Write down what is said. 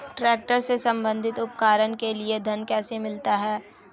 Tractor से संबंधित उपकरण के लिए ऋण कैसे मिलता है?